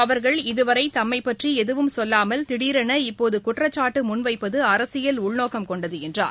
அவா்கள் இதுவரை தம்மைப் பற்றி எதுவும் சொல்லாமல் திடீரென இப்போது குற்றச்சாட்டு முன்வைப்பது அரசியல் உள்நோக்கம் கொண்டது என்றார்